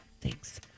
Thanks